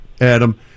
Adam